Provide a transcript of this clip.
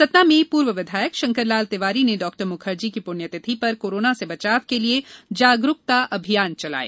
सतना में पूर्व विधायक शंकरलाल तिवारी ने डॉ मुखर्जी की पुण्यतिथि पर कोरोना से बचाव के लिए जागरूकता अभियान चलाया